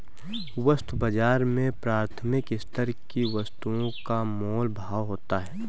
वस्तु बाजार में प्राथमिक स्तर की वस्तुओं का मोल भाव होता है